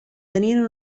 tenien